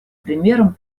примером